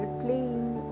playing